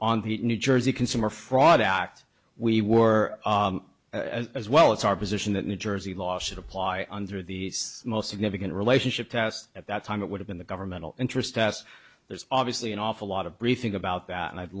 on the new jersey consumer fraud act we were as well it's our position that new jersey law should apply under the most significant relationship test at that time it would have in the governmental interest us there's obviously an awful lot of briefing about that and i'd